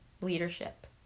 leadership